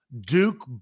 Duke